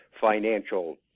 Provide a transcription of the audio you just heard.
financial